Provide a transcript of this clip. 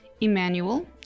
Emmanuel